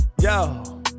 Yo